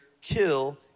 kill